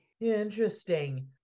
Interesting